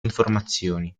informazioni